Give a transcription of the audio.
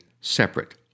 separate